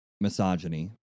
misogyny